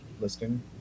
listing